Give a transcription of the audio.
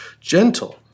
gentle